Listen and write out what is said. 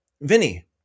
Vinny